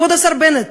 כבוד השר בנט,